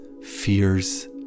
fears